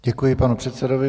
Děkuji panu předsedovi.